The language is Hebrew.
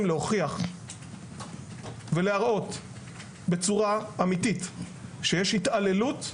להוכיח ולהראות בצורה אמיתית שיש התעללות,